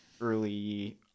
early